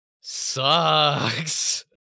sucks